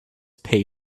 pay